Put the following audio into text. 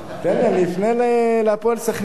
תן לי, אני אפנה ל"הפועל סח'נין".